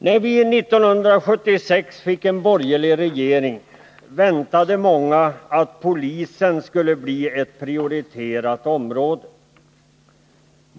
När vi 1976 fick en borgerlig regering väntade många att polisen skulle bli ett prioriterat område.